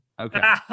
Okay